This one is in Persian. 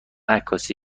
عکاسی